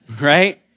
Right